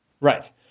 right